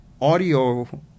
audio